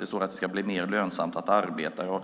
Det står att det ska bli mer lönsamt att arbeta